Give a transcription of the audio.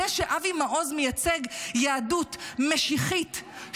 זה שאבי מעוז מייצג יהדות משיחית,